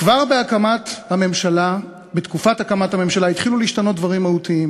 כבר בתקופת הקמת הממשלה התחילו להשתנות דברים מהותיים.